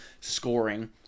scoring